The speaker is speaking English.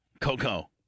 Coco